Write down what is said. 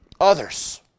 others